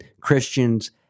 Christians